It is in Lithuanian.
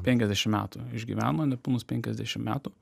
penkiasdešim metų išgyveno nepilnus penkiasdešim metų